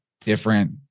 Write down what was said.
different